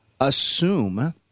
assume